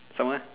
someone